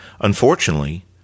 Unfortunately